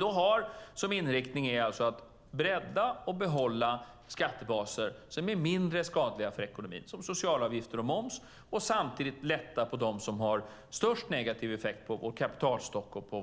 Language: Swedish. Vår inriktning är alltså att bredda och behålla skattebaser som är mindre skadliga för ekonomin - som sociala avgifter och moms - och samtidigt lätta på de skatter som har störst negativ effekt på vår kapitalstock och på